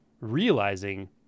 realizing